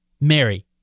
Mary